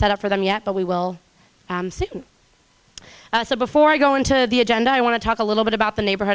set up for them yet but we will see so before i go into the agenda i want to talk a little bit about the neighborhood